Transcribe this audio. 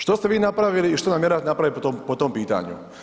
Što ste vi napravili i što namjeravate napraviti po tom pitanju?